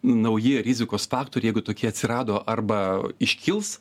nauji rizikos faktoriai jeigu tokie atsirado arba iškils